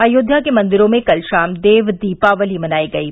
अयोध्या के मंदिरों में कल शाम देव दीपावली मनायी गयी